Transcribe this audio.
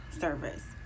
service